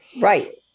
Right